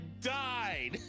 died